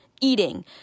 eating